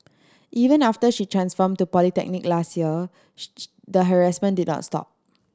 even after she transferred to polytechnic last year the harassment did not stop